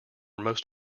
most